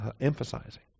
emphasizing